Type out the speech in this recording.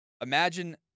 Imagine